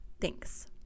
Thanks